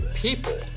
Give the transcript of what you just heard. People